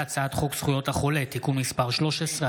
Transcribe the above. הצעת חוק זכויות החולה (תיקון מס' 13),